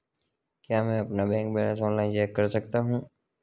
क्या मैं अपना बैंक बैलेंस ऑनलाइन चेक कर सकता हूँ?